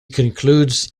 concludes